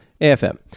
AFM